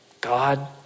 God